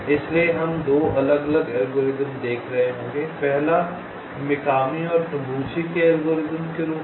इसलिए हम 2 अलग अलग एल्गोरिदम देख रहे होंगे पहला मिकामी और तबूची के एल्गोरिथ्म के रूप में